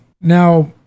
Now